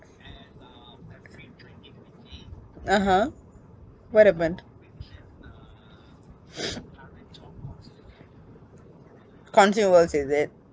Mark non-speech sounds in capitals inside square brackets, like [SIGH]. (uh huh) what happened [NOISE] is it